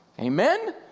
Amen